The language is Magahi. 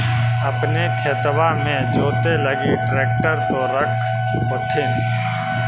अपने खेतबा मे जोते लगी ट्रेक्टर तो रख होथिन?